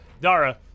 dara